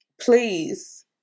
Please